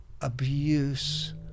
abuse